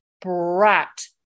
brat